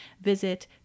visit